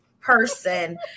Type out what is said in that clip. person